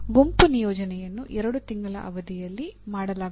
ಗುಂಪು ನಿಯೋಜನೆಯನ್ನು 2 ತಿಂಗಳ ಅವಧಿಯಲ್ಲಿ ಮಾಡಲಾಗುತ್ತದೆ